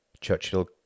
Churchill